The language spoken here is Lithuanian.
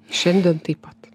šiandien taip pat